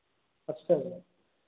अच्छा